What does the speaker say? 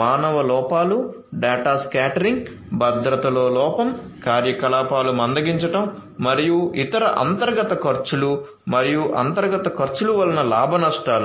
మానవ లోపాలు data scattering భద్రతలో లోపం కార్యకలాపాలు మందగించడం మరియు ఇతర అంతర్గత ఖర్చులు మరియు అంతర్గత ఖర్చులు వలన లాభనష్టాలు